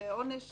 לעונש